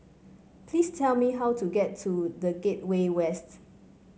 please tell me how to get to The Gateway West